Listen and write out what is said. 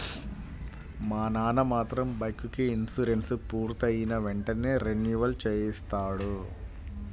మా నాన్న మాత్రం బైకుకి ఇన్సూరెన్సు పూర్తయిన వెంటనే రెన్యువల్ చేయిస్తాడు